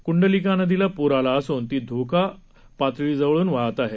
क्ंडलिका नदीला पूर आला असून ती धोका पातळीजवळून वाहत आहे